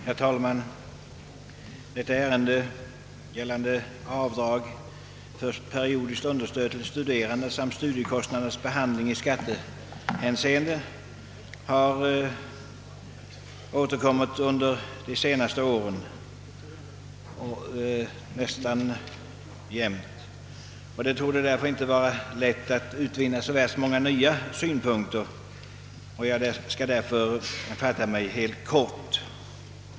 Herr talman! Detta ärende, gällande avdrag för periodiskt understöd åt studerande samt studiekostnaders behandling i skattehänseende, har nästan varje år återkommit under de senaste åren, och det torde därför inte vara lätt att utvinna så värst många nya synpunkter i detta sammanhang. Jag skall därför fatta mig helt kort.